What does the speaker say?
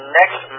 next